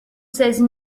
seize